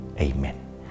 Amen